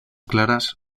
claras